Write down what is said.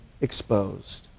exposed